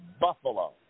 Buffalo